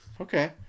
Okay